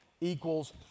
equals